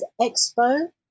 Expo